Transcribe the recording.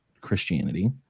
Christianity